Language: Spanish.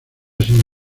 sin